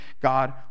God